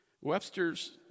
Webster's